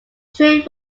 train